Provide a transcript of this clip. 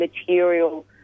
material